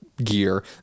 gear